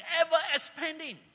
ever-expanding